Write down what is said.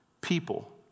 People